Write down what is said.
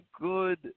good